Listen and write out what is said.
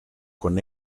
con